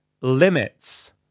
limits